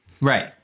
Right